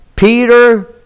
Peter